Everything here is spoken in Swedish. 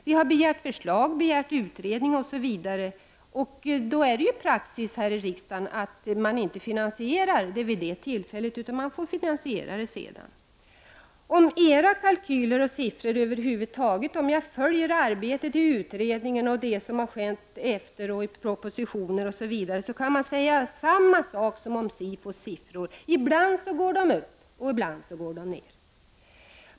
Vi har begärt förslag, utredning osv. Praxis här i riksdagen är att man inte finansierar vid det tillfället, utan senare. Om man följer arbetet i utredningen och vad som har hänt därefter och läser vad som står i propositionen kan man om era kalkyler och siffror säga detsamma som om SIFOSs siffror: Ibland går de upp, och ibland går de ner.